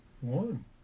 one